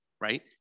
right